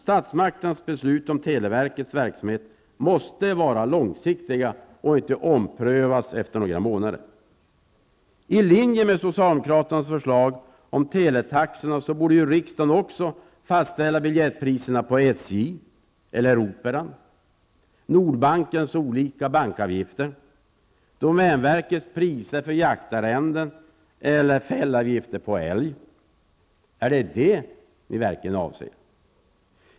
Statsmakternas beslut om televerkets verksamhet måste vara långsiktiga och inte omprövas efter några månader. I linje med socialdemokraternas förslag om teletaxorna så borde ju riksdagen också fastställa biljettpriserna på SJ eller Operan, Nordbankens olika bankavgifter, domänverkets priser för jaktarrenden och fällavgifter på älg. Är det verkligen vad ni anser?